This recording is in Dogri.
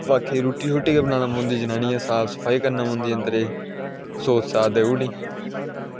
बाकी रुट्टी गै बनानी पौंदी जनानियै साफ सफाई करना पौंदी जनानियें सोत सात देई ओड़ी